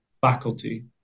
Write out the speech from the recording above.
Faculty